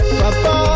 papa